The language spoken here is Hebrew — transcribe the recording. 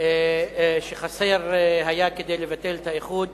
שהיה חסר כדי לבטל את האיחוד,